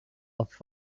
off